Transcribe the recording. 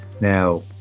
Now